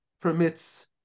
permits